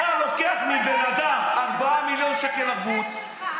אתה לוקח מאדם 4 מיליון שקל ערבות,